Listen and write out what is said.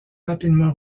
rapidement